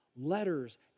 Letters